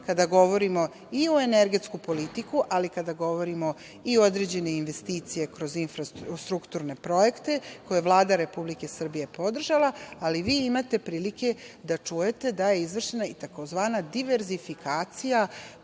kada govorimo, i u energetsku politiku, ali i određene investicije kroz infrastrukturne projekte koje je Vlada Republike Srbije podržala. Ali, vi imate prilike da čujete da je izvršena i tzv. diverzifikacija